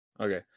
Okay